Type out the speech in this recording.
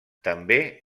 també